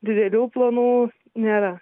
didelių planų nėra